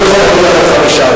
אני יכול להגיד לך על חמישה,